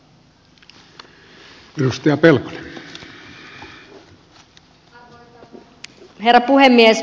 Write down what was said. arvoisa herra puhemies